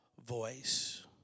voice